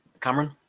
Cameron